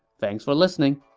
thanks for listening